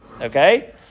Okay